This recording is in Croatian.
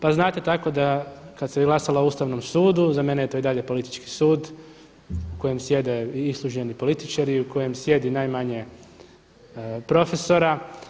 Pa znate tako kad se glasalo o Ustavnom sudu za mene je to i dalje politički sud u kojem sjede … političari i u kojem sjedi najmanje profesora.